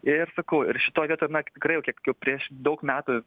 ir sakau ir šitoj vietoj na tikrai jau kiek jau prieš daug metų